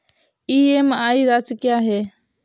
EMI राशि क्या है?